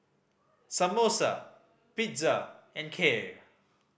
Samosa Pizza and Kheer